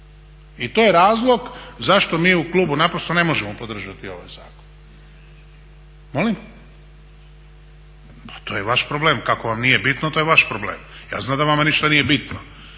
I to je razlog zašto mi u klubu naprosto ne možemo podržati ovaj zakon. …/Upadica se ne čuje./… Molim? …/Upadica se ne čuje./… Pa to je vaš problem kako vam nije bitno, to je vaš problem. Ja znam da vama ništa nije bitno.